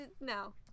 no